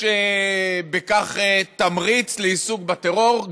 יש בכך תמריץ לעיסוק בטרור.